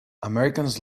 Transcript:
americans